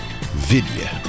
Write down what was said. Video